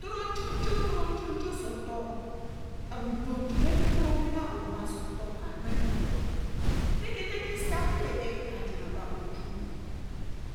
toro jun jo sō tor. ā ō jun re ke owīī re kāā ā ō mā sofor kāā noe anu Ao loru. so that te kīī sēī abola-ō ē. ka juru bae jun jun